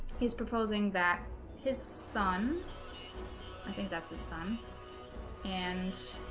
he's proposing that his son i think that's his son and